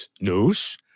news